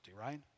right